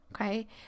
Okay